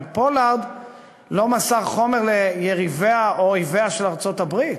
אבל פולארד לא מסר חומר ליריביה או לאויביה של ארצות-הברית.